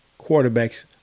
quarterbacks